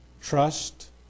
trust